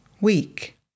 week